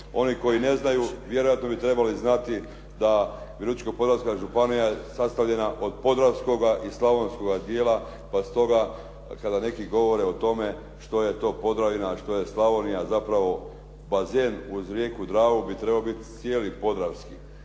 Oni koji ne znaju, vjerojatno bi trebali znati da Virovitičko-podravska županija je sastavljena od podravskoga i slavonskoga dijela pa stoga kada neki govore o tome što je to Podravina, a što Slavonija, zapravo … /Govornik se ne razumije./ … uz rijeku Dravu bi trebao biti cijeli podravski.